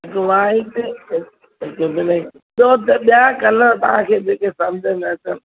हिकु वाइट हिकु ब्लैक चयो त ॿिया कलर तव्हांखे जेके समुझ में अचनि